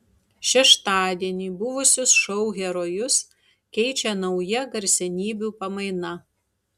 šeštadienį buvusius šou herojus keičia nauja garsenybių pamaina